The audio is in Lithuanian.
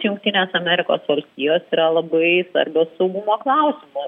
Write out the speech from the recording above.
jungtinės amerikos valstijos yra labai svarbios saugumo klausimu